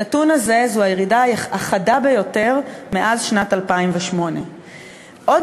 הנתון הזה הוא הירידה החדה ביותר מאז שנת 2008. עוד